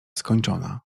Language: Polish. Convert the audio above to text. skończona